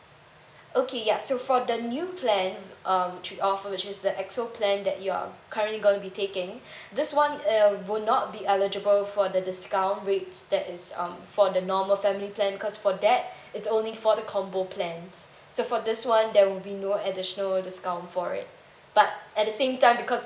okay ya so for the new plan um tru~ uh for which is the X_O plan that you are currently going to be taking this one it will not be eligible for the discount rates that it's um for the normal family plan cause for that it's only for the combo plans so for this one there will be no additional discount for it but at the same time because